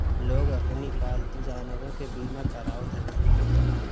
लोग अपनी पालतू जानवरों के बीमा करावत हवे